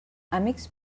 amics